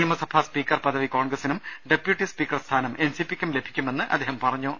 നിയമസഭാ സ്പീക്കർ പദവി കോൺഗ്രസിനും ഡപ്യൂട്ടി സ്പീക്കർ സ്ഥാനം എൻസിപിക്കും ലഭിക്കുമെന്ന് അദ്ദേഹം പറഞ്ഞു